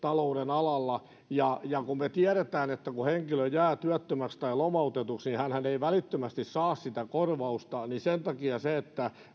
alalla kun me tiedämme että kun henkilö jää työttömäksi tai lomautetuksi hänhän ei välittömästi saa sitä korvausta niin sen takia se että